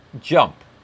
jump